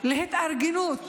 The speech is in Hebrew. להתארגנות